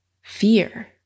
fear